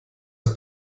ist